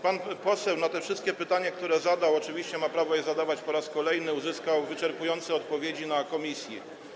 Pan poseł na te wszystkie pytania, które zadał - oczywiście ma prawo zadawać je po raz kolejny - uzyskał wyczerpujące odpowiedzi w komisji.